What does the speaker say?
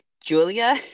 Julia